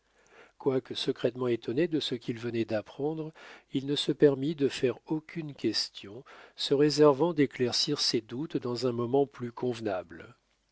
quoique secrètement étonné de ce qu'il venait d'apprendre il ne se permit de faire aucune question se réservant d'éclaircir ses doutes dans un moment plus convenable